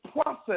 process